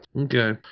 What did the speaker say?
Okay